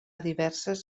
diverses